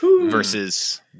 versus